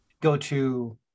go-to